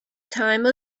time